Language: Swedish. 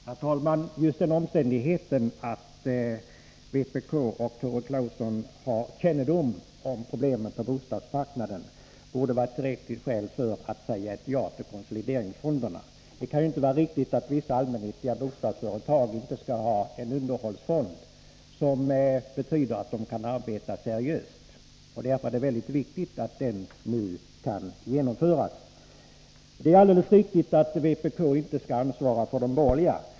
Herr talman! Just den omständigheten att vpk och Tore Claeson har kännedom om problemen på bostadsmarknaden borde vara ett tillräckligt skäl för att säga ja till konsolideringsfonderna. Det kan inte vara riktigt att vissa allmännyttiga bostadsföretag inte skall ha en underhållsfond, som betyder att de kan arbeta seriöst. Därför är det mycket viktigt att detta kan genomföras. Det är alldeles riktigt att vpk inte skall svara för de borgerliga.